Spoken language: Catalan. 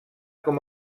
com